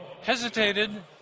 hesitated